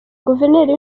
guverineri